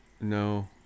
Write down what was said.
No